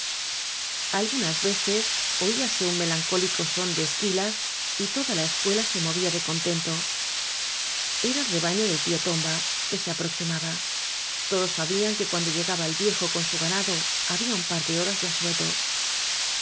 algunas veces oíase un melancólico són de esquilas y toda la escuela se movía ele contento era el rebaño del tío tomba que se aproxima ba todos sabían que cuando llegaba el viejo con su ganado había un par de horas de asueto